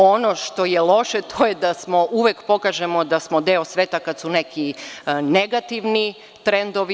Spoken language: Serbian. Ono što je loše, to je da uvek pokažemo da smo deo sveta kada su neki negativni trendovi.